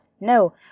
no